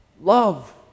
Love